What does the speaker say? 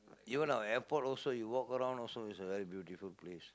even our airport also you walk around also is a very beautiful place